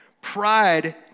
pride